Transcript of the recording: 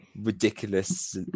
ridiculous